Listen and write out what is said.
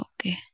Okay